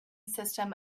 system